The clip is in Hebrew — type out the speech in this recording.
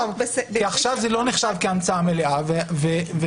עכשיו זה לא נחשב כהמצאה מלאה ולפי